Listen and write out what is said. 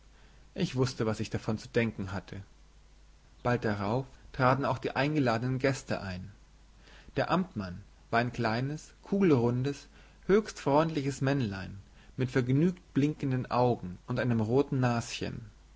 ich wußte was ich davon zu denken hatte bald darauf traten auch die eingeladenen gäste ein der amtmann war ein kleines kugelrundes höchst freundliches männlein mit vergnügt blickenden augen und einem roten naschen